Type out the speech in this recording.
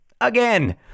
again